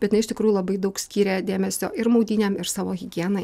bet jinai iš tikrųjų labai daug skyrė dėmesio ir maudynėm ir savo higienai